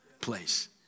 place